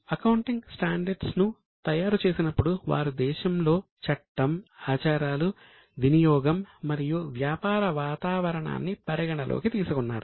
accounting స్టాండర్డ్స్ను తయారు చేసేటప్పుడు వారు దేశంలో చట్టం ఆచారాలు వినియోగం మరియు వ్యాపార వాతావరణాన్ని పరిగణనలోకి తీసుకున్నారు